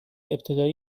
ابتدایی